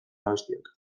abestiak